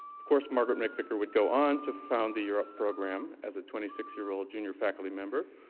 of course, margaret macvicar would go on to found the europe program as a twenty six year old junior faculty member,